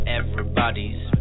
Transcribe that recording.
everybody's